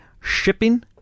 shipping